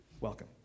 welcome